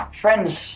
friend's